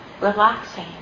relaxing